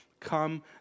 come